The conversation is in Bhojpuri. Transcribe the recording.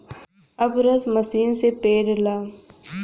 अब रस मसीन से पेराला